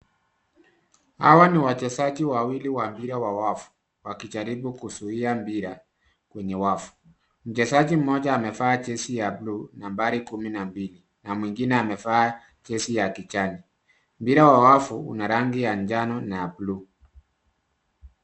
Hawa ni wachezaji wawili wa mpira wa wavu, wakijaribu kuzuia mpira, kwenye wavu. Mchezaji mmoja amevaa jezi ya blue , numbari kumi na mbili na mwingine amevaa jezi ya kijani. Mpira wa wavu una rangi ya njano na ya blue .